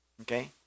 Okay